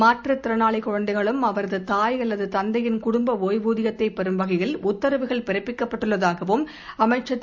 மாற்றத் திறளாளி குழந்தைகளும் அவரது தாய் அல்லது தந்தையின் குடும்ப ஓய்வூதியத்தைப் பெறும் வகையில் உத்தரவுகள் பிறப்பிக்கப்பட்டுள்ளதாகவும் அமைச்சர் திரு